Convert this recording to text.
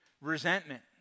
Resentment